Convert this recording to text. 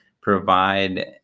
provide